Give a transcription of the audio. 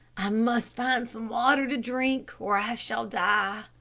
i must find some water to drink or i shall die!